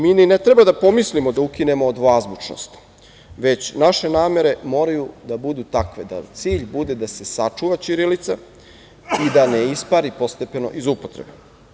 Mi ni ne treba da pomislimo da ukinemo dvoazbučnost, već naše namere moraju da budu takve da cilj bude da se sačuva ćirilica i da ne ispari postepeno iz upotrebe.